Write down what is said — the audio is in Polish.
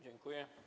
Dziękuję.